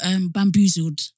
bamboozled